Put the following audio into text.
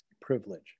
privilege